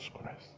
Christ